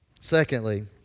Secondly